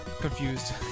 confused